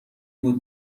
بود